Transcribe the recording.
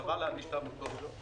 חבל להעניש את העמותות.